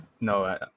no